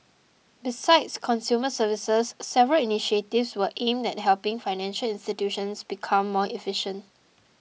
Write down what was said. besides consumer services several initiatives were aimed at helping financial institutions become more efficient